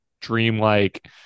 dreamlike